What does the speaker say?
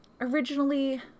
originally